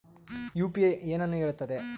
UPI ಏನನ್ನು ಹೇಳುತ್ತದೆ?